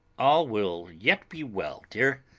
all will yet be well, dear!